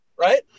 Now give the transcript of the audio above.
Right